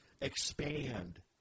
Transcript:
expand